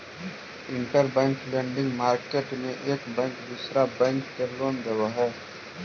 interbank lending market में एक bank दूसरा बैंक के लोन देवऽ हई